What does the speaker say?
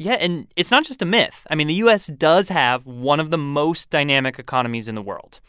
yeah, and it's not just a myth. i mean the u s. does have one of the most dynamic economies in the world.